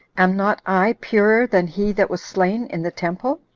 am not i purer than he that was slain in the temple?